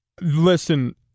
Listen